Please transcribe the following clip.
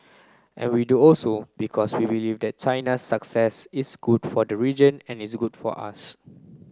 and we do also because we believe that China's success is good for the region and is good for us